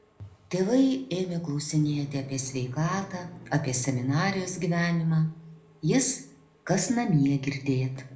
tėvai ėmė klausinėti apie sveikatą apie seminarijos gyvenimą jis kas namie girdėt